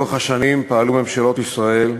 לאורך השנים פעלו ממשלות ישראל,